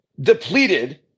depleted